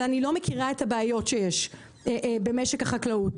אבל אני לא מכירה את הבעיות שיש במשק החקלאות.